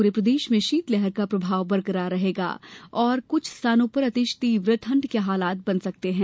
पूरे प्रदेश में शीतलहर का प्रभाव बरकरार रहेगा और कुछ स्थानों पर अति तीव्र ठंड के हालात बन सकते हैं